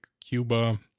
Cuba